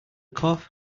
cough